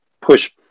push